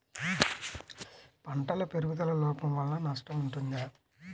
పంటల పెరుగుదల లోపం వలన నష్టము ఉంటుందా?